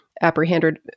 apprehended